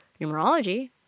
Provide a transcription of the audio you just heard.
numerology